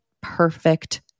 perfect